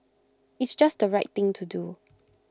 it's just the right thing to do